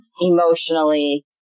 emotionally